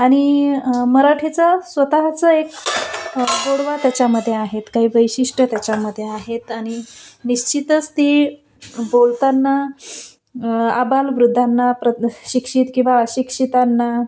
आणि मराठीचा स्वतःच एक गोडवा त्याच्यामध्ये आहेत काही वैशिष्ट्य त्याच्यामध्ये आहेत आणि निश्चितच ती बोलतांना आबाल वृद्धांना प्र शिक्षित किंवा अशिक्षितांना